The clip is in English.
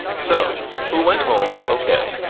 so who went home? ok.